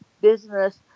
business